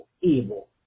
evil